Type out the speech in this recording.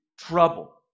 trouble